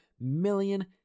million